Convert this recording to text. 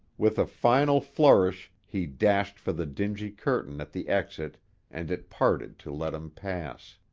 with a final flourish he dashed for the dingy curtain at the exit and it parted to let him pass.